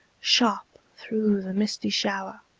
sharp through the misty shower.